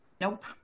Nope